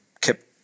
kept